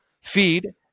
feed